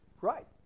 Right